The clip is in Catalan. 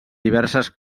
diverses